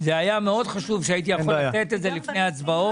זה היה מאוד חשוב שהייתי יכולת לתת את זה לחברי הוועדה לפני ההצבעות.